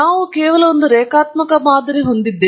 ನಾವು ಕೇವಲ ಒಂದು ರೇಖಾತ್ಮಕ ಮಾದರಿ ಹೊಂದಿದ್ದೇವೆ